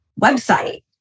website